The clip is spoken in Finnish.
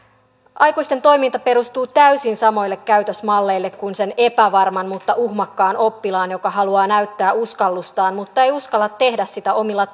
aikuisten toiminta perustuu täysin samoille käytösmalleille kuin sen epävarman mutta uhmakkaan oppilaan joka haluaa näyttää uskallustaan mutta ei uskalla tehdä sitä omilla